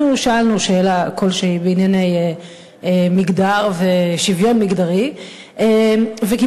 אנחנו שאלנו שאלה כלשהי בענייני מגדר ושוויון מגדרי וקיבלנו